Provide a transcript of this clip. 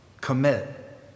commit